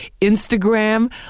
Instagram